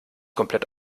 komplett